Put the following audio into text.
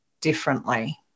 differently